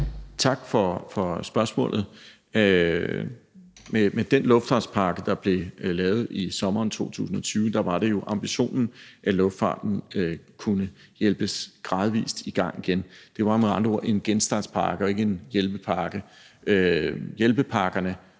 Tak for spørgsmålet. Med den luftfartspakke, der blev lavet i sommeren 2020, var det jo ambitionen, at luftfarten kunne hjælpes gradvis i gang igen. Det var med andre ord en genstartspakke og ikke en hjælpepakke. De ordninger,